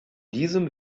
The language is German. diesem